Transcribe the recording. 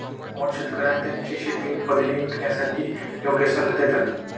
मोहन शेतकर्यांना त्यांची शेती उत्पादने विकण्यासाठी योग्य सल्ला देतात